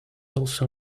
also